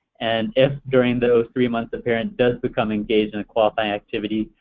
and if during those three months the parent does become engaged in a qualifying activity,